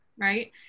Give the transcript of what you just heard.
Right